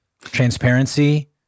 Transparency